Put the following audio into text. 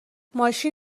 ماشین